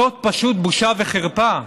זאת פשוט בושה וחרפה.